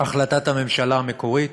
החלטת הממשלה המקורית,